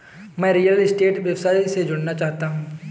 मैं real estate व्यवसाय से जुड़ना चाहता हूँ